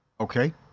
Okay